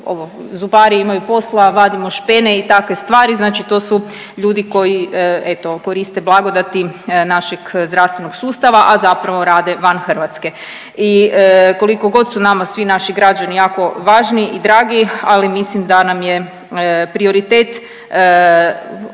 zubari imaju posla, vadimo špene i takve stvari, znači to su ljudi koji eto koriste blagodati našeg zdravstvenog sustava, a zapravo rade van Hrvatske. I koliko god su nama svi naši građani jako važni i dragi, ali mislim da nam je prioritet